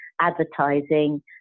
advertising